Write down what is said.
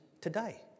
today